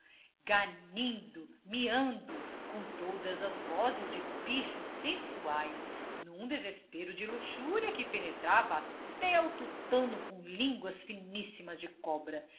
ganindo miando com todas as vozes de bichos sensuais num desespero de luxúria que penetrava até ao tutano com línguas finíssimas de cobra